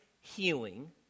healing